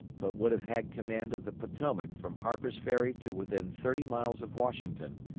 but would have had command of the potomac from harper's ferry to within thirty miles of washington,